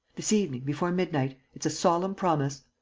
this evening, before midnight it's a solemn promise.